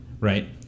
right